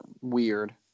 weird